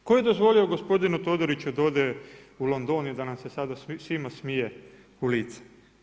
Tko je dozvolio gospodinu Todoriću da ode u London i da nam se sada svima smije u lice?